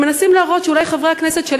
הם מנסים להראות שאולי חברי הכנסת של